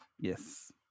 Yes